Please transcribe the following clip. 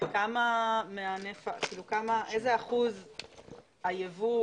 איזה אחוז היבוא,